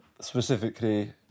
specifically